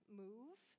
move